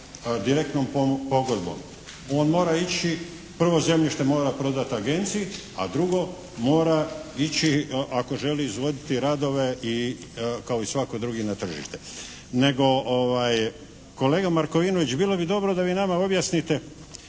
direktnom pogodbom. On mora ići prvo zemljište mora prodati agenciji, a drugo mora ići ako želi izvoditi radove kao i svatko drugi na tržište. Nego, kolega Markovinović bilo bi dobro da vi nama objasnite